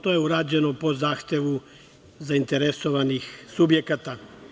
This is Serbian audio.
To je urađeno po zahtevu zainteresovanih subjekata.